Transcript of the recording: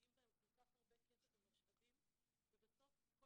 משקיעים בהם כל כך הרבה כסף ומשאבים ובסוף כל